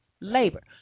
Labor